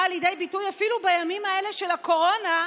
באה לידי ביטוי אפילו בימים האלה של הקורונה,